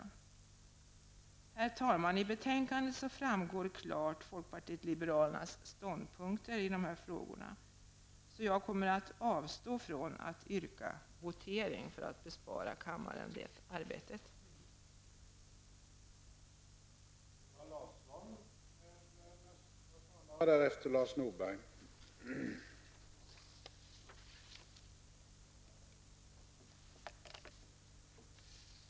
Herr talman! Folkpartiet liberalernas ståndpunkter vad gäller dessa frågor framgår klart av betänkandet, så för att bespara kammaren arbete, kommer jag att avstå från att begära votering.